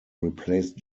replaced